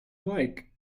like